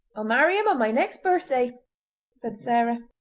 i'll marry him on my next birthday said sarah.